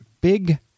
big